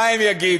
מה הם יגידו: